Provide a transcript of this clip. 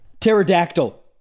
Pterodactyl